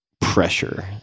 pressure